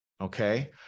Okay